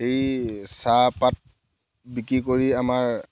এই চাহপাত বিক্ৰী কৰি আমাৰ